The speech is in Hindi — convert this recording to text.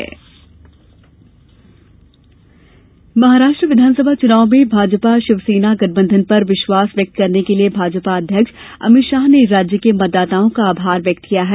अमित शाह आभार महाराष्ट्र विधानसभा चुनाव में भाजपा शिवसेना गठबंधन पर विश्वास व्यक्त करने के लिए भाजपा अध्यक्ष अमित शाह ने राज्य के मंतदाताओं का आभार व्यक्त किया है